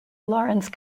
lawrence